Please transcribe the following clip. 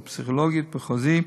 פסיכולוג או פסיכולוגית מחוזיים,